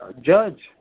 judge